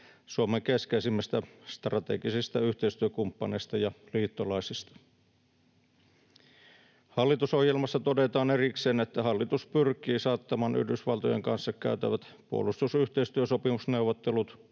Suomen keskeisimmistä strategisista yhteistyökumppaneista ja liittolaisista. Hallitusohjelmassa todetaan erikseen, että hallitus pyrkii saattamaan Yhdysvaltojen kanssa käytävät puolustusyhteistyösopimusneuvottelut